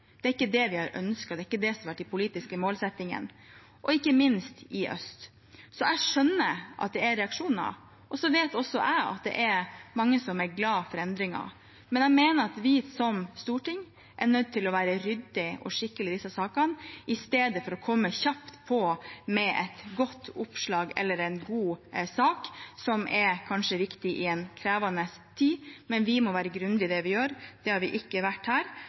Det er ikke det vi har ønsket, det er ikke det som har vært de politiske målsettingene, ikke minst gjelder det i øst. Så jeg skjønner at det er reaksjoner. Også jeg vet at det er mange som er glade for endringen, men jeg mener at vi som storting er nødt til å være ryddige og skikkelige i disse sakene i stedet for kjapt å komme med et godt oppslag eller en god sak som kanskje er viktig i en krevende tid. Vi må være grundige i det vi gjør. Det har vi ikke vært her,